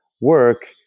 work